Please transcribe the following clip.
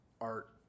art